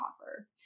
offer